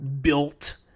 built